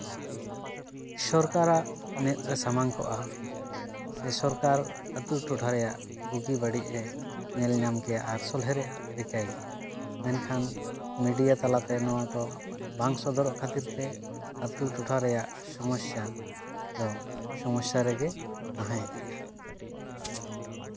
ᱥᱚᱨᱠᱟᱨᱟᱜ ᱢᱮᱫ ᱨᱮ ᱥᱟᱢᱟᱝ ᱠᱚᱜᱼᱟ ᱥᱮ ᱥᱚᱨᱠᱟᱨ ᱟᱛᱳ ᱴᱚᱴᱷᱟ ᱨᱮᱭᱟᱜ ᱵᱩᱜᱤ ᱵᱟᱹᱲᱤᱡᱼᱮ ᱧᱮᱞ ᱧᱟᱢ ᱠᱮᱭᱟ ᱟᱨ ᱥᱚᱞᱦᱮ ᱨᱮᱭᱟᱜ ᱨᱤᱠᱟᱹᱭ ᱠᱮᱭᱟ ᱢᱮᱱᱠᱷᱟᱱ ᱢᱤᱰᱤᱭᱟ ᱛᱟᱞᱟ ᱛᱮ ᱱᱚᱣᱟ ᱠᱚ ᱵᱟᱝ ᱥᱚᱫᱚᱨᱚᱜ ᱠᱷᱟᱹᱛᱤᱨ ᱛᱮ ᱟᱛᱳ ᱴᱚᱴᱷᱟ ᱨᱮᱭᱟᱜ ᱥᱚᱢᱚᱥᱥᱟ ᱫᱚ ᱥᱚᱢᱚᱥᱥᱟ ᱨᱮᱜᱮ ᱛᱟᱦᱮᱸ ᱤᱫᱤᱜᱼᱟ